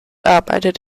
arbeitet